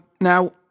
now